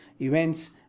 events